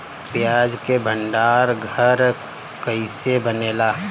प्याज के भंडार घर कईसे बनेला?